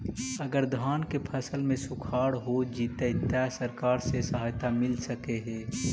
अगर धान के फ़सल में सुखाड़ होजितै त सरकार से सहायता मिल सके हे?